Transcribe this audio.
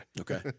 Okay